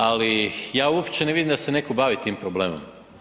Ali, ja uopće ne vidim da se netko bavi tim problemom.